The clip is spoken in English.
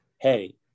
hey